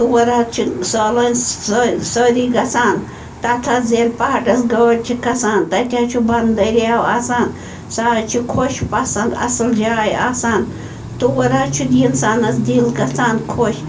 تور حظ چھِ سٲلٲنۍ سٲری گژھان تَتھ حظ ییٚلہٕ پہاڑَس گٲڑ چھِ کھسان تَتہِ حظ چھُ بۄنہٕ دریاو آسان سۄ حظ چھِ خۄش پسنٛد اصٕل جاے آسان تور حظ چھُ اِنسانَس دِل گژھان خۄش